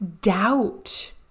doubt